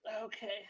Okay